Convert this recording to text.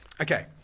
Okay